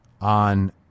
on